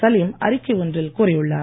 சலீம் அறிக்கை ஒன்றில் கூறியுள்ளார்